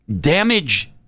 damage